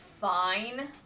fine